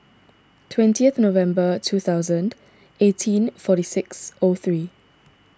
twentieth November two thousand eighteen forty six O three